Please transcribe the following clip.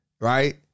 Right